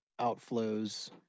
outflows